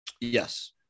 Yes